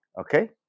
okay